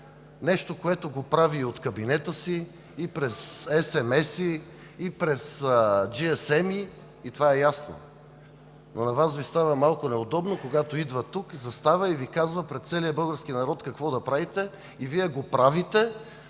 нещо, което прави и от кабинета си, и през есемеси, и през джиесеми. Това е ясно, но на Вас Ви става малко неудобно, когато идва тук, застава и Ви казва пред целия български народ какво да правите. И Вие го правите,